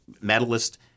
medalist